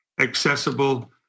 accessible